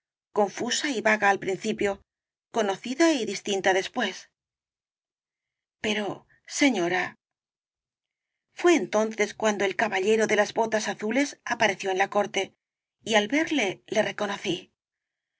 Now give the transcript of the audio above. confusa y vaga al principio conocida y distinta después pero señora fué entonces cuando el caballero de las botas azules apareció en la corte y al verle le reconocí